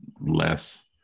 less